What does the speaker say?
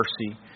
mercy